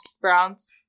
Browns